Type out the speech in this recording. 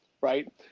right